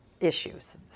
issues